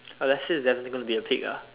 uh Leslie is definitely gonna be a pig ah